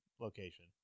location